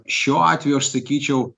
šiuo atveju aš sakyčiau